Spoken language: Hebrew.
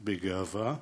בגאווה,